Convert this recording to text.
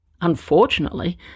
Unfortunately